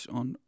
on